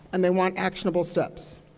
and they want actionable steps.